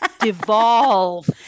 devolve